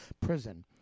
prison